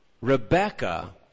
Rebecca